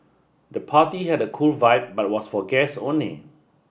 the party had a cool vibe but was for guests only